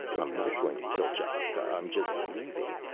i'm not going to kill ch'aka, i'm just leaving.